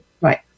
Right